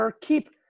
keep